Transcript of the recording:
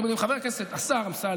אתם יודעים, חבר הכנסת, השר אמסלם,